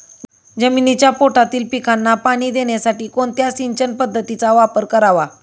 जमिनीच्या पोटातील पिकांना पाणी देण्यासाठी कोणत्या सिंचन पद्धतीचा वापर करावा?